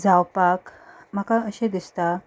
जावपाक म्हाका अशें दिसता